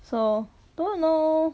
so don't know